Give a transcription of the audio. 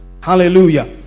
Hallelujah